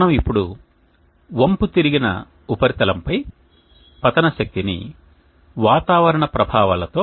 మనం ఇప్పుడు వంపుతిరిగిన ఉపరితలంపై పతన శక్తిని వాతావరణ ప్రభావాలతో